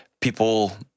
people